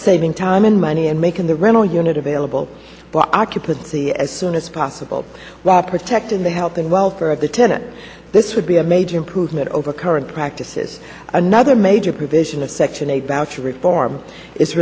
saving time and money and making the rental unit available occupancy as soon as possible protecting the health and welfare of the tenant this would be a major improvement over current practices another major provision of section eight voucher reform i